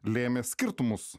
lėmė skirtumus